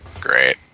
great